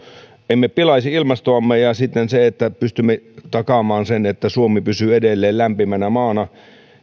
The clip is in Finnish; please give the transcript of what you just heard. emme pilaisi ilmastoamme ja että pystymme takaamaan sen että suomi pysyy edelleen lämmitettynä maana